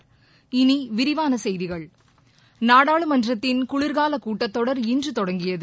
இனி விரிவான செய்திகள் நாடாளுமன்றத்தின் குளிர்கால கூட்டத்தொடர் இன்று தொடங்கியது